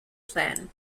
plan